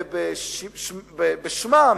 בשמם,